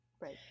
Right